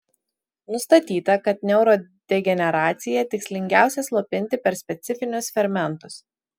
nustatyta kad neurodegeneraciją tikslingiausia slopinti per specifinius fermentus